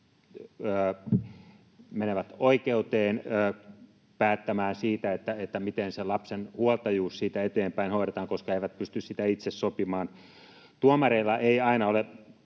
menevät oikeuteen päättämään siitä, miten lapsen huoltajuus siitä eteenpäin hoidetaan, koska he eivät pysty sitä itse sopimaan. Tuomareilla ei aina ole